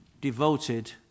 devoted